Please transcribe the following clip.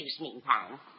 meantime